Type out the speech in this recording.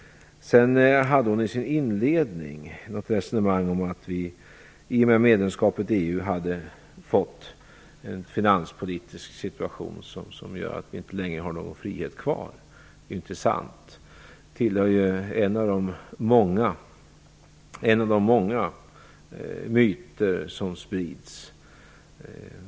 I sin inledning hade hon ett resonemang om att vi i och med medlemskapet i EU hade fått en finanspolitisk situation som gör att vi inte längre har någon frihet kvar. Det är inte sant. Det tillhör en av de många myter som sprids.